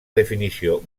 definició